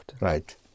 Right